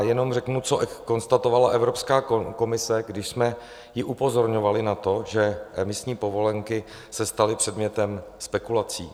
Jenom řeknu, co konstatovala Evropská komise, když jsme ji upozorňovali na to, že emisní povolenky se staly předmětem spekulací.